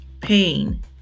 pain